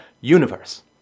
universe